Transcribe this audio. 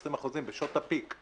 20% בשעות הפיק.